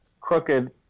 crooked